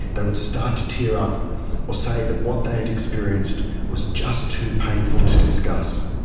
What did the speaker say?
they would start to tear up or say that what they had experienced was just too painful to discuss.